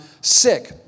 sick